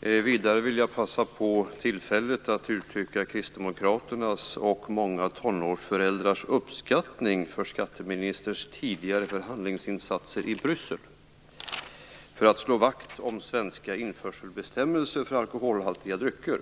Vidare vill jag passa på tillfället att uttrycka Kristdemokraternas och många tonårsföräldrars uppskattning för skatteministerns tidigare förhandlingsinsatser i Bryssel för att slå vakt om svenska införselbestämmelser för alkoholhaltiga drycker.